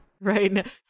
Right